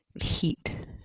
heat